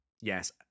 yes